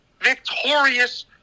victorious